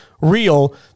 real